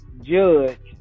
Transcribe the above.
Judge